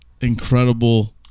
incredible